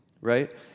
Right